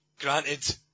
granted